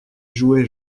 jouer